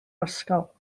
ysgol